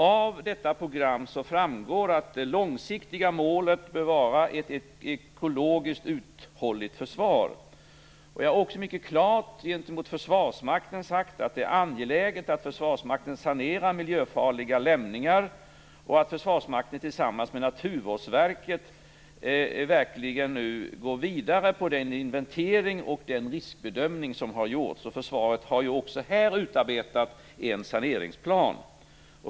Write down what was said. Av detta program framgår det att det långsiktiga målet bör vara ett ekologiskt uthålligt försvar. Jag har också mycket klart sagt att det är angeläget att Försvarsmakten sanerar miljöfarliga lämningar och att Försvarsmakten tillsammans med Naturvårdsverket nu går vidare i fråga om den inventering och den riskbedömning som har gjorts. Försvaret har också här utarbetat en saneringsplan.